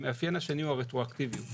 המאפיין השני הוא הרטרואקטיביות,